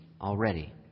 already